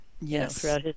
Yes